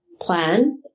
plan